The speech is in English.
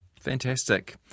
Fantastic